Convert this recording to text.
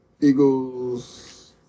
Eagles